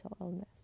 illness